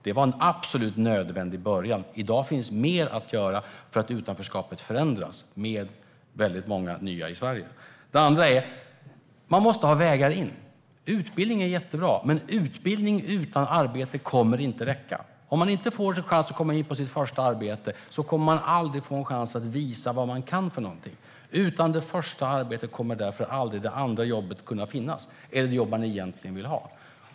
Det var en absolut nödvändig början. I dag finns mer att göra för att utanförskapet förändras med många nya i Sverige. Den andra är: Man måste ha vägar in. Utbildning är jättebra, men utbildning utan arbete kommer inte att räcka. Om man inte får chans att komma in på sitt första arbete kommer man aldrig att få chansen att visa vad man kan. Utan det första arbetet kommer därför aldrig det andra jobbet att kunna finnas, och inte heller det jobb man helst vill ha.